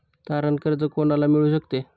तारण कर्ज कोणाला मिळू शकते?